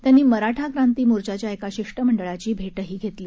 त्यांनी मराठा क्रांती मोर्चाच्या एका शिष्टमंडळाची भेटही घेतली